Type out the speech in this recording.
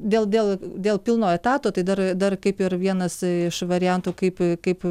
dėl dėl dėl pilno etato tai dar dar kaip ir vienas iš variantų kaip kaip